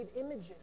images